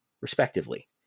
respectively